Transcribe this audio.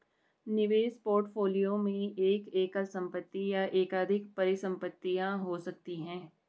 निवेश पोर्टफोलियो में एक एकल संपत्ति या एकाधिक परिसंपत्तियां हो सकती हैं